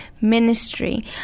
ministry